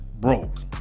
broke